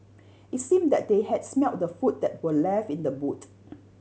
it seemed that they had smelt the food that were left in the boot